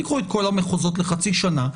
תיקחו את כל המחוזות לחצי שנה,